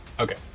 Okay